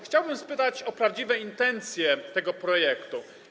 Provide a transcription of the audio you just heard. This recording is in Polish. Chciałbym spytać o prawdziwe intencje tego projektu.